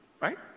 right